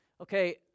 Okay